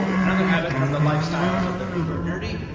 another habit from the lifestyles of the uber nerdy,